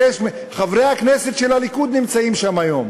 חברי הכנסת של הליכוד נמצאים שם היום,